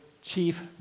chief